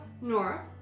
Nora